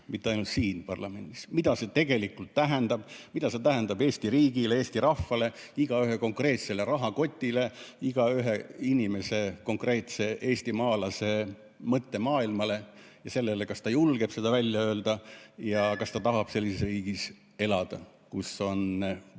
mitte ainult siin parlamendis: mida see tegelikult tähendab, mida see tähendab Eesti riigile, Eesti rahvale, igaühe konkreetsele rahakotile, iga inimese, konkreetse eestimaalase mõttemaailmale ja sellele, kas ta julgeb seda välja öelda ja kas ta tahab elada sellises riigis, kus on